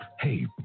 Hey